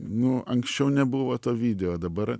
nu anksčiau nebuvo to video dabar